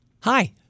Hi